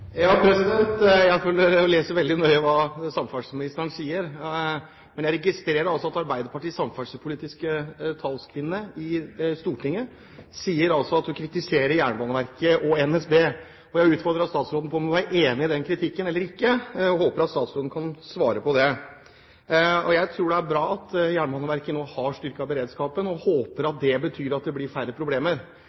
Jeg følger med på og leser veldig nøye hva samferdselsministeren sier. Men jeg registrerer altså at Arbeiderpartiets samferdselspolitiske talskvinne i Stortinget kritiserer Jernbaneverket og NSB. Jeg utfordret statsråden på om hun er enig i den kritikken eller ikke. Jeg håper hun kan svare på det. Jeg tror det er bra at Jernbaneverket nå har styrket beredskapen, og håper at det betyr at det blir færre problemer.